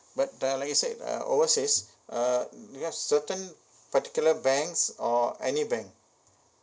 but uh like you said uh overseas uh because certain particular banks or any bank